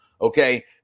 Okay